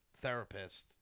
therapist